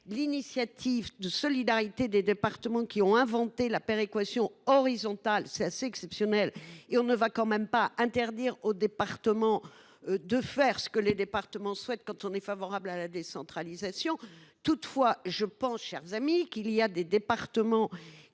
l’initiative de solidarité des départements qui ont inventé la péréquation horizontale. C’est assez exceptionnel. On ne va tout de même pas interdire aux départements de faire ce qu’ils veulent, alors que l’on est favorable à la décentralisation. Toutefois, je pense, chers amis, que certains départements ont